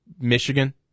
Michigan